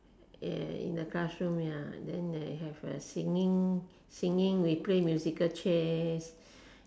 ya in the classroom ya then they have a singing singing we play musical chairs